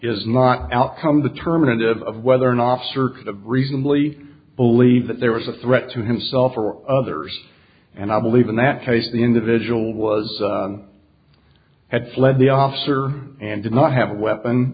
is not outcome determinative of whether an officer reasonably believed that there was a threat to himself or others and i believe in that case the individual was had fled the officer and did not have a weapon